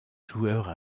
joueurs